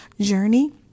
journey